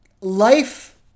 life